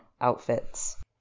outfits